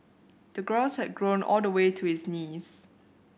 the grass had grown all the way to his knees